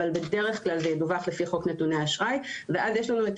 אבל בדרך כלל זה ידווח לפי חוק נתוני אשראי ואז יש לנו את